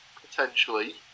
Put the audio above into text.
potentially